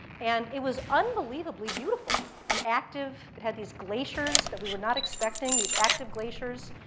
and it was unbelievably beautiful and active. it had these glaciers that we were not expecting, these active glaciers.